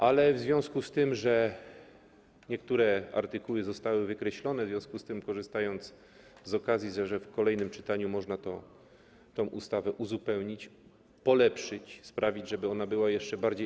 Ale w związku z tym, że niektóre artykuły zostały wykreślone, w związku z tym, korzystając z okazji, że w kolejnym czytaniu można tę ustawę uzupełnić, polepszyć, sprawić, żeby ona była jeszcze bardziej